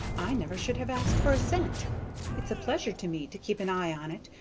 i never should have asked for a cent it's a pleasure to me to keep an eye on it,